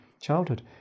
childhood